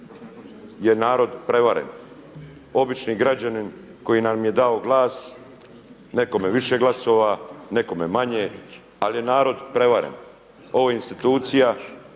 je narod prevaren. Obični građanin koji nam je dao glas nekome više glasova, nekome manje, ali je narod prevaren. Ovo je institucija